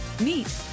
meet